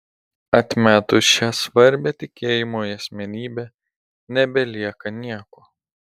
atmetus šią svarbią tikėjimui asmenybę nebelieka nieko